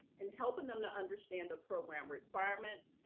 and helping them to understand the program requirements,